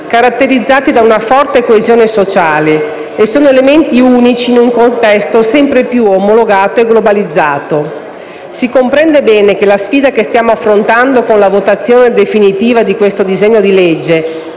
caratterizzati da una forte coesione sociale, e sono elementi unici in un contesto sempre più omologato e globalizzato. Si comprende bene che la sfida che stiamo affrontando con la votazione definitiva di questo disegno di legge